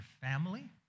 family